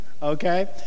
okay